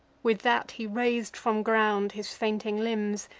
with that he rais'd from ground his fainting limbs,